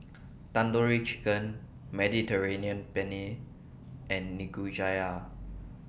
Tandoori Chicken Mediterranean Penne and Nikujaga